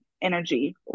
energy